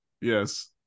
Yes